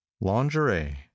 Lingerie